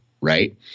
Right